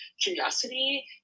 curiosity